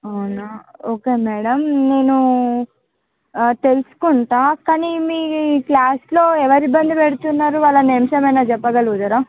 అవున okay madam నేను తెలసుకుంటాను కానీ మీ క్లాస్లో ఎవరు ఇబ్బంది పెడుతున్నారు వాళ్ళ నేమ్స్ ఏమన్నా చెప్పగలుగుతారా